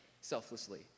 selflessly